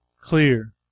clear